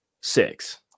six